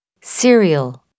cereal